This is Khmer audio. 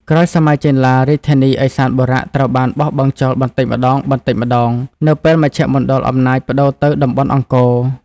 ក្រោយសម័យចេនឡា រាជធានីឦសានបុរៈត្រូវបានបោះបង់ចោលបន្តិចម្តងៗនៅពេលមជ្ឈមណ្ឌលអំណាចប្តូរទៅតំបន់អង្គរ។